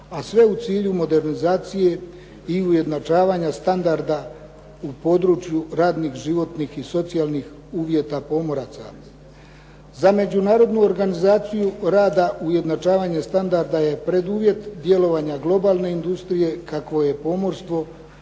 a sve u cilju modernizacije i ujednačavanja standarda u području radnih, životnih i socijalnih uvjeta pomoraca. Za Međunarodnu organizaciju rada ujednačavanje standarda je preduvjet djelovanja globalne industrije kakvo je pomorstvo,